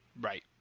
Right